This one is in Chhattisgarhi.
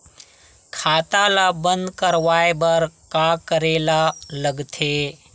खाता ला बंद करवाय बार का करे ला लगथे?